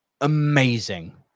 amazing